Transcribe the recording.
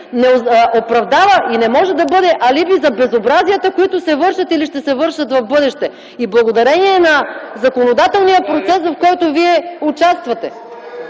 не оправдава и не може да бъде алиби за безобразията, които се вършат или ще се вършат в бъдеще, благодарение на законодателния процес, в който вие участвате.